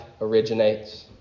originates